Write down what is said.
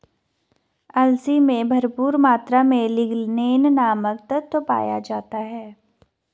अलसी में भरपूर मात्रा में लिगनेन नामक तत्व पाया जाता है